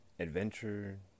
Adventure